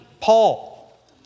Paul